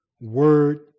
word